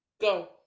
go